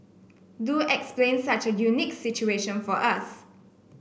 do explain such a unique situation for us